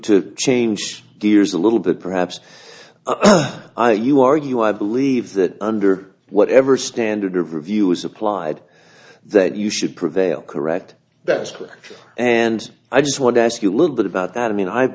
to change gears a little bit perhaps you argue i believe that under whatever standard of review is applied that you should prevail correct that is correct and i just want to ask you a little bit about that i mean i